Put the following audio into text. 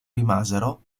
rimasero